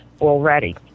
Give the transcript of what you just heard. already